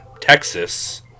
Texas